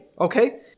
Okay